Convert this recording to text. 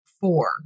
four